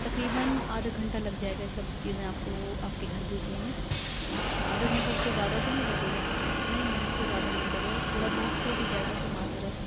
تقریباً آدھا گھنٹہ لگ جائے گا یہ سب چیزیں آپ کو آپ کے گھر بھیجنے میں اچھا آدھا گھنٹہ اس سے زیادہ تو نہیں لگے گا نہیں نہیں اس سے زیادہ نہیں لگے گا تھوڑا بہت ہو بھی جائے گا تو معذرت